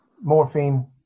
morphine